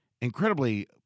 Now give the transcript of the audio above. incredibly